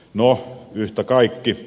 no yhtä kaikki